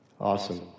Awesome